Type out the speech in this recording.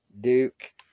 Duke